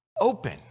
Open